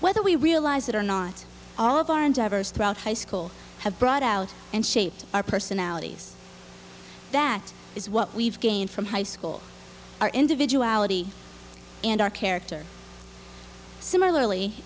whether we realize it or not all of our endeavors throughout high school have brought out and shaped our personalities that is what we've gained from high school our individuality and our character similarly